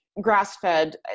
grass-fed